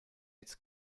its